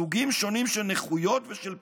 סוגים שונים של נכויות ושל פיגור.